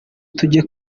tujye